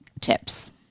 tips